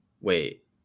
Wait